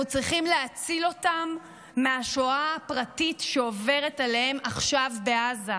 אנחנו צריכים להציל אותם מהשואה הפרטית שעוברת עליהם עכשיו בעזה.